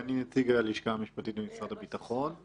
כן, אני נציג הלשכה המשפטית במשרד הביטחון.